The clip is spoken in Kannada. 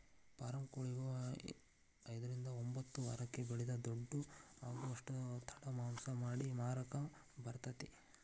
ಫಾರಂ ಕೊಳಿಗಳು ಐದ್ರಿಂದ ಒಂಬತ್ತ ವಾರಕ್ಕ ಬೆಳಿದ ದೊಡ್ಡು ಆಗುದಷ್ಟ ತಡ ಮಾಂಸ ಮಾಡಿ ಮಾರಾಕ ಬರತೇತಿ